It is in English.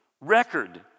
record